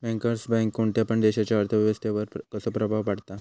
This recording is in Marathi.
बँकर्स बँक कोणत्या पण देशाच्या अर्थ व्यवस्थेवर कसो प्रभाव पाडता?